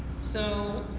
so